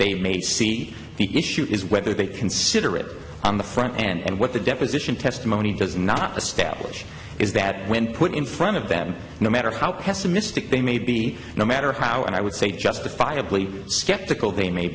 they may see he issue is whether they consider it on the front end and what the deposition testimony does not establish is that when put in front of them no matter how pessimistic they may be no matter how and i would say justifiably skeptical they may